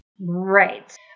Right